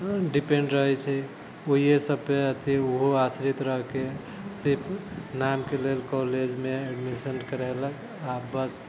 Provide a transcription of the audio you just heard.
depend रहैत छै ओहे सभ पर अथि ओहो आश्रित रहिके सिर्फ नामके लेल कॉलेजमे एडमिशन करैलक आ बस